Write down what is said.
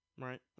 Right